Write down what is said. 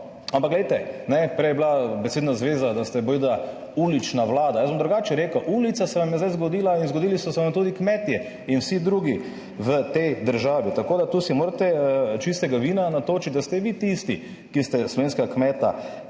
ampak glejte, ne, prej je bila besedna zveza, da ste bojda ulična vlada. Jaz bom drugače rekel, ulica se vam je zdaj zgodila in zgodili so se vam tudi kmetje in vsi drugi v tej državi, tako da tu si morate čistega vina natočiti, da ste vi tisti, ki ste slovenskega kmeta